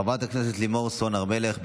חברת הכנסת לימור סון הר מלך,